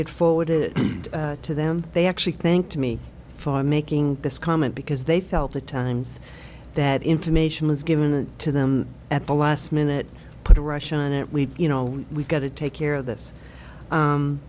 forwarded to them they actually thanked me for making this comment because they felt the times that information was given to them at the last minute put a rush on it we you know we've got to take care of this